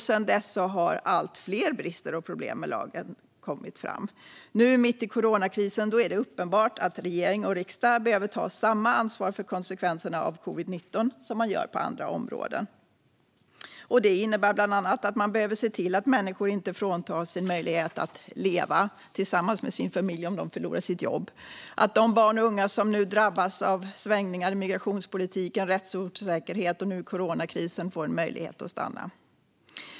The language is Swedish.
Sedan dess har allt fler brister och problem med lagen kommit fram. Nu, mitt i coronakrisen, är det uppenbart att regering och riksdag behöver ta samma ansvar för konsekvenserna av covid-19 som man gör på andra områden. Det innebär bland annat att man behöver se till att människor inte fråntas sin möjlighet att leva tillsammans med sin familj om familjemedlemmar förlorar jobbet och att de barn och unga som nu drabbas av svängningar i migrationspolitiken, rättsosäkerhet och nu coronakrisen får en möjlighet att stanna.